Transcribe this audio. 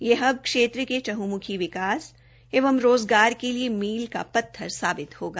यह हब क्षेत्र के चहम्खी विकास एवं रोजगार के लिए मील का पत्थर साबित होगा